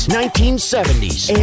1970s